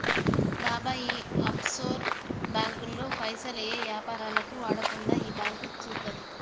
బాబాయ్ ఈ ఆఫ్షోర్ బాంకుల్లో పైసలు ఏ యాపారాలకు వాడకుండా ఈ బాంకు సూత్తది